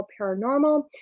Paranormal